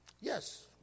Yes